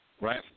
right